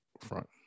front